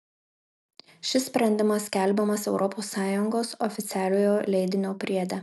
šis sprendimas skelbiamas europos sąjungos oficialiojo leidinio priede